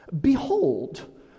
Behold